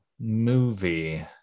movie